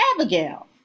Abigail